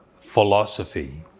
philosophy